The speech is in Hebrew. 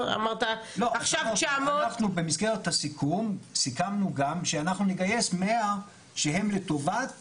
אנחנו במסגרת הסיכום סיכמנו גם שאנחנו נגייס 100 שהם לטובת